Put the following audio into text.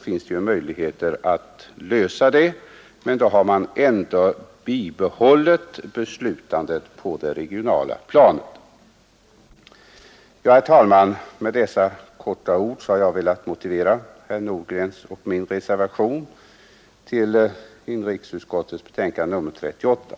finns det möjligheter att lösa problemet genom att tilldela dem dessa, men då har man ändå bibehållit beslutandet på det regionala planet. Med dessa få ord, herr talman, har jag velat motivera herr Nordgrens och min reservation till inrikesutskottets betänkande nr 38.